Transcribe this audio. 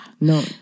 No